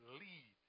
lead